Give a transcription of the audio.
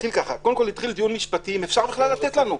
קודם כול, התחיל דיון משפטי אם אפשר בכלל לתת לנו.